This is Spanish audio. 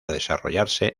desarrollarse